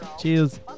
Cheers